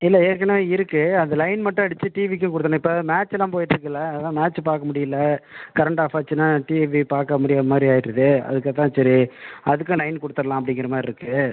இல்லை ஏற்கனவே இருக்குது அது லைன் மட்டும் அடித்து டிவிக்கும் கொடுக்கணும் இப்போ மேட்ச் எல்லாம் போயிட்டு இருக்குல்ல அதுதான் மேட்ச்சு பார்க்க முடியல கரண்ட் ஆஃப் ஆச்சுன்னால் டிவி பார்க்க முடியாத மாதிரி ஆகிடுது அதுக்கு தான் சரி அதுக்கு தான் லைன் கொடுத்தர்லாம் அப்படிங்குற மாதிரி இருக்குது